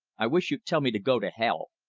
i wish you'd tell me to go to hell!